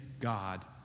God